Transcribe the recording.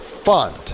Fund